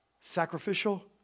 sacrificial